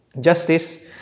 Justice